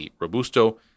Robusto